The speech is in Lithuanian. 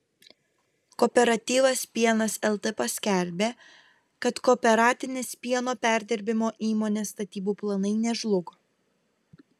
kooperatyvas pienas lt paskelbė kad kooperatinės pieno perdirbimo įmonės statybų planai nežlugo